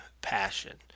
passion